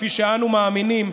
כפי שאנו מאמינים,